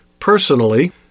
Personally